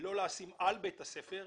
לא לשים אנטנות על בית הספר.